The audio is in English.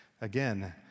Again